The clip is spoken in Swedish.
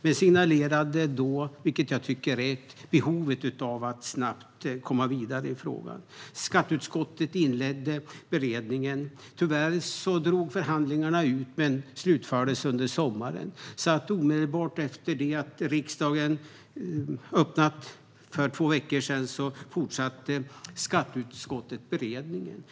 Man signalerade då behovet av att snabbt komma vidare i frågan, vilket jag tycker var rätt. Skatteutskottet inledde beredningen. Tyvärr drog förhandlingarna ut på tiden men slutfördes under sommaren, och omedelbart efter riksdagens öppnande för två veckor sedan fortsatte skatteutskottet med beredningen.